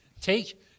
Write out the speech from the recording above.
Take